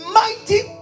mighty